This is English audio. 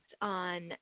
on